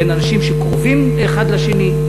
בין אנשים שקרובים האחד לשני,